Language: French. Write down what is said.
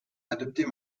adopter